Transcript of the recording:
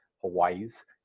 Hawaii's